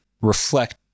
reflect